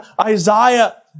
Isaiah